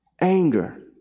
Anger